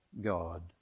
God